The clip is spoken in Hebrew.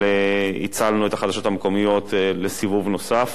אבל הצלנו את החדשות המקומיות לסיבוב נוסף.